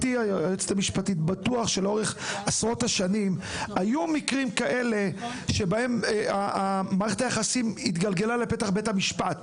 היו מקרים כאלה שבהם מערכת היחסים התגלגלה לפתח בית המשפט.